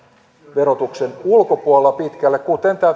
verotuksen ulkopuolella pitkällä kuten tämä